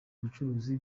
bucuruzi